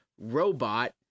robot